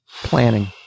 Planning